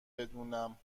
بدونم